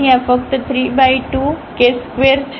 તેથી આ ફક્ત 32k2 છે